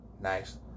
Nice